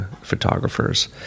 photographers